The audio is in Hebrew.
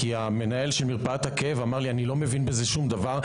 כי המנהל של מרפאת הכאב אמר לי: אני לא מבין בזה שום דבר.